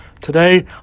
Today